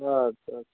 اَدٕ سا اَدٕ سا